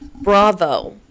Bravo